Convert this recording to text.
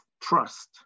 trust